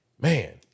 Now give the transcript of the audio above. Man